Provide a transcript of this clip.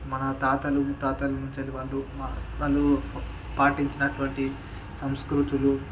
మన తాతలు ముత్తాతలు నుంచైతే వాళ్ళు వాళ్ళు పాటిచ్చినటువంటి సంస్కృతులు